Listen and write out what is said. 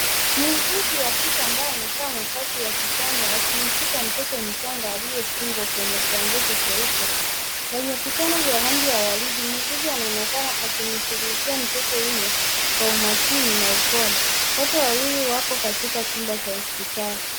Muuguzi wa kikea amabaye amevaa mavazi ya kijani, akimshika mtoto mchanga aliyefungwa kwenye blanketi jeupe, yenye vitone vya rangi ya waridi. Muuguzi anaonekana akimshughulikia mtoto huyo kwa umakini na na upole. Wote wawili wako katika chumba cha hospitali.